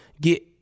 get